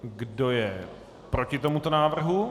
Kdo je proti tomuto návrhu?